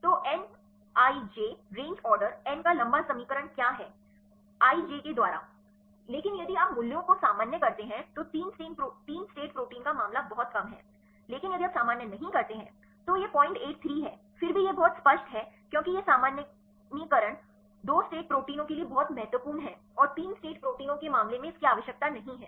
तो N I J range order N का लंबा समीकरण क्या है आई जे के द्वारा लेकिन यदि आप मूल्यों को सामान्य करते हैं तो 3 स्टेट प्रोटीन का मामला बहुत कम है लेकिन यदि आप सामान्य नहीं करते हैं तो यह 083 है फिर भी यह बहुत स्पष्ट है क्यों यह सामान्यीकरण 2 स्टेट प्रोटीनों के लिए बहुत महत्वपूर्ण है और 3 स्टेट प्रोटीनों के मामले में इसकी आवश्यकता नहीं है